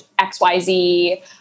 XYZ